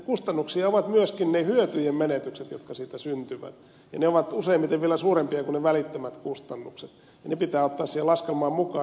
kustannuksia ovat myöskin ne hyötyjen menetykset jotka siitä syntyvät ja ne ovat useimmiten vielä suurempia kuin ne välittömät kustannukset ja ne pitää ottaa siihen laskelmaan mukaan